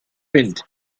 wind